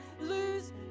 lose